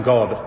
God